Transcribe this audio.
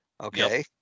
okay